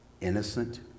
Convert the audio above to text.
innocent